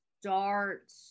start